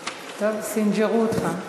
טוב, סנג'רו אותך.